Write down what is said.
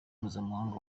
mpuzamahanga